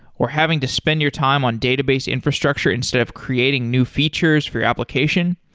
or having to spend your time on database infrastructure instead of creating new features for your application?